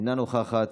אינה נוכחת,